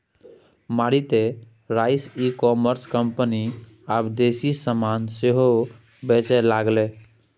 मारिते रास e commerce company आब देसी समान सेहो बेचय लागलै